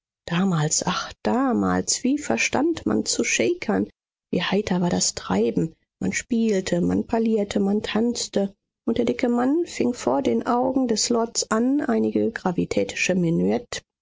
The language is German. damals ach damals wie verstand man zu schäkern wie heiter war das treiben man spielte man parlierte man tanzte und der dicke mann fing vor den augen des lords an einige gravitätische